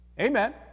Amen